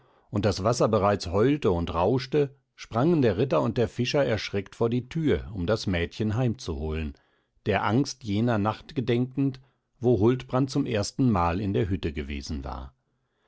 und das wasser bereits heulte und rauschte sprangen der ritter und der fischer erschreckt vor die tür um das mädchen heimzuholen der angst jener nacht gedenkend wo huldbrand zum erstenmal in der hütte gewesen war